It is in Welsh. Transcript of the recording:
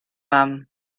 mam